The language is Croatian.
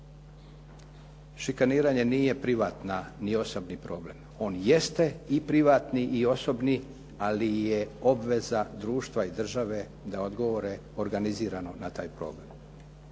šikaniranje nije privatni ni osobni problem. On jeste i privatni i osobni, ali je obveza društva i države da odgovore organizirano na taj problem.